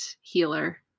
healer